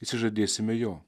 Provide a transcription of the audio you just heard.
išsižadėsime jo